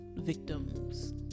victims